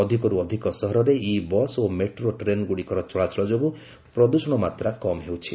ଅଧିକର୍ ଅଧିକ ସହରରେ ଇ ବସ୍ ଓ ମେଟ୍ରୋ ଟ୍ରେନ୍ଗୁଡ଼ିକର ଚଳାଚଳ ଯୋଗୁଁ ପ୍ରଦୃଷଣ ମାତ୍ରା କମ୍ ହେଉଛି